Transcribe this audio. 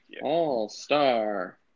All-Star